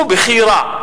הוא בכי רע.